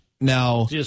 Now